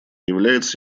является